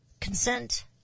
Consent